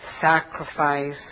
sacrifice